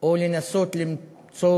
או לנסות למצוא